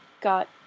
got